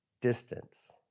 distance